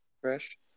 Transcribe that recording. fresh